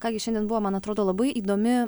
ką gi šiandien buvo man atrodo labai įdomi